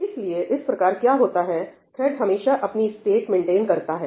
इसलिए इस प्रकार क्या होता है थ्रेड हमेशा अपनी स्टेट मेंटेन करता है